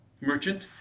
merchant